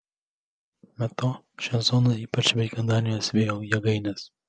be to šią zoną ypač veikia danijos vėjo jėgainės